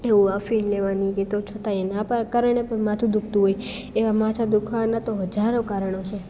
એવું અફીણ લેવાની કે તો છતાંય નાપાર્ક કારણે પણ માથું દુખતું હોય એ માથા દુખવાના તો હજારો કારણો છે